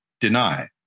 deny